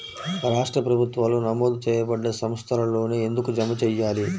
రాష్ట్ర ప్రభుత్వాలు నమోదు చేయబడ్డ సంస్థలలోనే ఎందుకు జమ చెయ్యాలి?